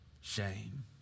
shame